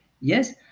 yes